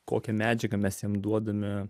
kokią medžiagą mes jam duodame